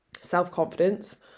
self-confidence